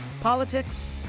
Politics